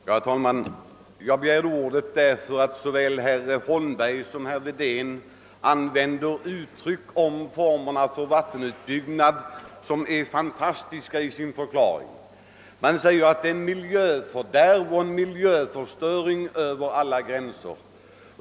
Herr talman! Jag begärde ordet därför att såväl herr Holmberg som herr Wedén använder uttryck om formerna för vattenutbyggnaden som är fantastis ka. De säger att det pågår ett miljöfördärv över alla gränser.